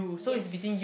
yes